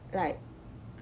like